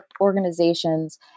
organizations